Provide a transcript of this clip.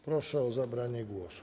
Proszę o zabranie głosu.